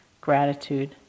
gratitude